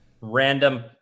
random